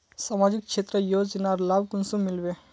सामाजिक क्षेत्र योजनार लाभ कुंसम मिलबे?